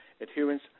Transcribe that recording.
adherence